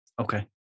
Okay